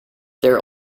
their